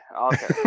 okay